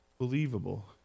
believable